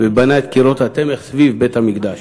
ובנה את קירות התמך סביב בית-המקדש.